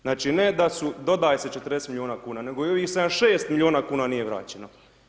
Znači ne da su, dodaje se 40 milijuna kuna nego i ovih 76 milijuna kuna nije vraćeno.